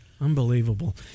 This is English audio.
Unbelievable